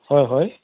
হয় হয়